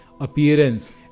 appearance